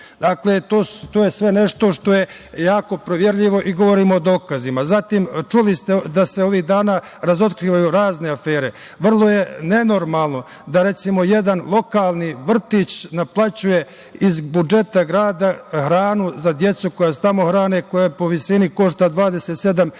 Dakle, to je sve nešto što je jako proverljivo i govorim o dokazima. Zatim, čuli ste da se ovih dana razotkrivaju razne afere. Vrlo je nenormalno da recimo jedan lokalni vrtić naplaćuje iz budžeta grada hranu za decu koja se tamo hrane i koja po visini košta 27